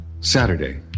Saturday